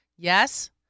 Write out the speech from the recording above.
Yes